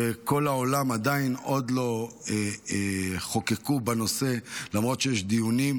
בכל העולם עדיין לא חוקקו בנושא למרות שיש דיונים,